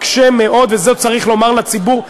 מקשה מאוד, ואת זה צריך לומר לציבור,